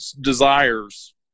desires